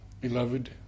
beloved